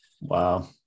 Wow